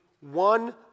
one